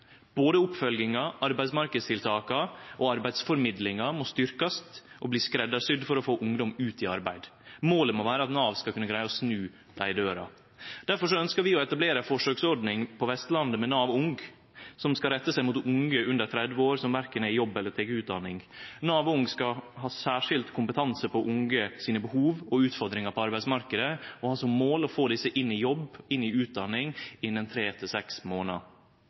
Både oppfølginga, arbeidsmarknadstiltaka og arbeidsformidlinga må styrkjast og bli skreddarsydd for å få ungdom ut i arbeid. Målet må vere at Nav skal kunne greie å snu dei i døra. Difor ønskjer vi å etablere ei forsøksordning på Vestlandet med Nav Ung som skal rette seg mot unge under 30 år som verken er i jobb eller tek utdanning. Nav Ung skal ha særskild kompetanse innan unge sine behov og utfordringar på arbeidsmarknaden og ha som mål å få desse inn i jobb, inn i utdanning, innan 3–6 månader.